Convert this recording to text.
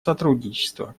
сотрудничества